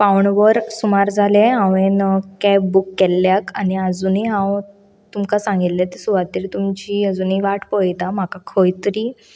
पाउण वर सुमार जालें हांवेंन कॅब बूक केल्ल्याक आनी आजुनी हांव तुमकां सांगिल्ल्या त्या सुवातेर तुमची आजुनी वाट पळयता म्हाका खंय तरी